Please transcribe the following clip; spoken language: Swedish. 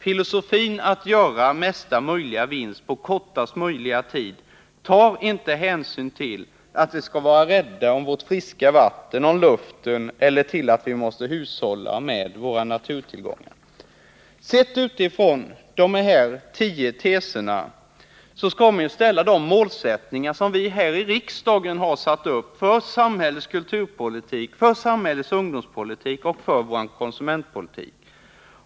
Filosofin att göra mesta möjliga vinst på kortast möjliga tid tar inte hänsyn till att vi skall vara rädda om vårt friska vatten och om vår luft eller att vi skall hushålla med våra naturtillgångar. Det är utifrån dessa tio teser som vi måste betrakta de målsättningar som vi här i riksdagen satt upp för samhällets kulturpolitik, ungdomspolitik och konsumentpolitik.